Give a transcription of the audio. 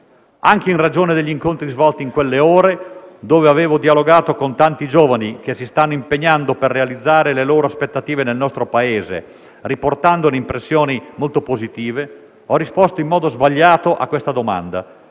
Anche in ragione degli incontri svolti in quelle ore, nel corso dei quali ho dialogato con tanti giovani che si stanno impegnando per realizzare le loro aspettative nel nostro Paese, riportandone impressioni molto positive, ho risposto in modo sbagliato a questa domanda,